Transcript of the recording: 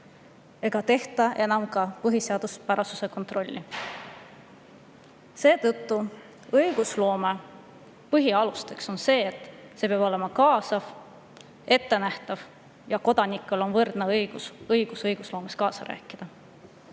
ega tehta ka põhiseaduspärasuse kontrolli. Õigusloome põhialuseks on põhimõte, et see peab olema kaasav, ettenähtav ja kodanikel on võrdne õigus õigusloomes kaasa rääkida.